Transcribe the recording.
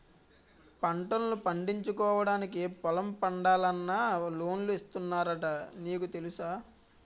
పంటల్ను పండించుకోవడానికి పొలం పండాలన్నా లోన్లు ఇస్తున్నారట నీకు తెలుసా?